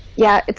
yeah it's